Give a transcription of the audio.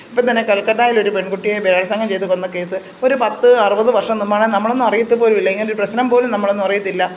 ഇപ്പം തന്നെ കൽക്കട്ടയിൽ ഒരു പെൺകുട്ടിയെ ബലാത്സംഗം ചെയ്തുകൊന്ന കേസ് ഒരു പത്ത് അറുപത് വർഷം മുമ്പാണെങ്കിൽ നമ്മളൊന്നും അറിയത്തുപോലുമില്ല ഇങ്ങനെയൊരു പ്രശ്നം പോലും നമ്മളൊന്നും അറിയില്ല